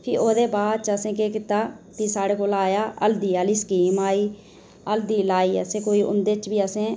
ते फ्ही ओह्दे बाद केह् कीता साढ़े कोल हल्दी आह्'ली स्कीम आई हल्दी लाई असें उंदे च बी कोई असें